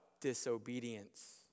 Disobedience